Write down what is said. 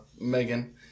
Megan